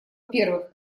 первых